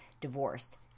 divorced